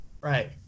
right